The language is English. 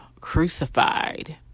crucified